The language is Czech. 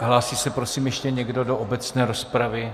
Hlásí se, prosím, ještě někdo do obecné rozpravy?